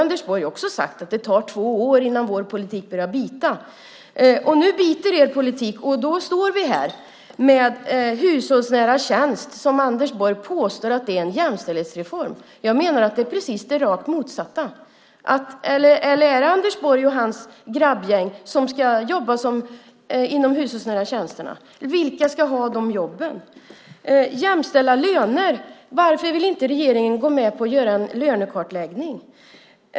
Anders Borg har också sagt att det tar två år innan er politik börjar bita. Nu biter er politik. Då står vi här med hushållsnära tjänster som Anders Borg påstår är en jämställdhetsreform. Jag menar att det är precis det rakt motsatta. Eller är det Anders Borg och hans grabbgäng som ska jobba inom hushållsnära tjänster? Vilka ska ha de jobben? När det gäller jämställda löner, varför vill inte regeringen gå med på att göra en lönekartläggning?